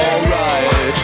Alright